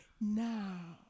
now